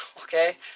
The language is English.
Okay